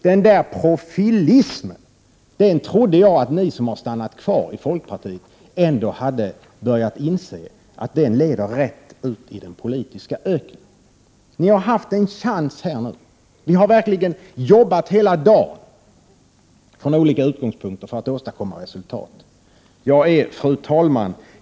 Den där profilismen trodde jag att ni som har stannat kvar i folkpartiet hade insett leder rätt ut i den politiska öknen. Ni har haft en chans här. Vi har verkligen jobbat hela dagen från olika utgångspunkter för att åstadkomma resultat. Fru talman!